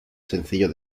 sencillo